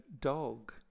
dog